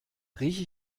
rieche